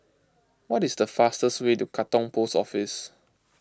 what is the fastest way to Katong Post Office